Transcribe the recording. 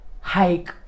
hike